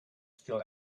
still